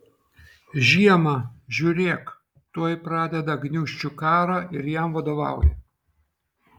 žiemą žiūrėk tuoj pradeda gniūžčių karą ir jam vadovauja